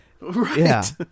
right